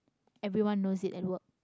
everyone knows it at work